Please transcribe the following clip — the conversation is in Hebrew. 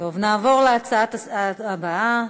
נעבור לנושא הבא: